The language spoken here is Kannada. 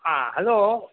ಹಾಂ ಹಲೋ